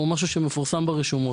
זה משהו שמפורסם ברשומות.